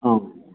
औ